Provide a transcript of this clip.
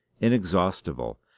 inexhaustible